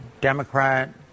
Democrat